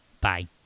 Bye